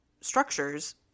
structures